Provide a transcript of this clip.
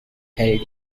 held